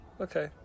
Okay